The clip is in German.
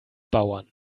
bauern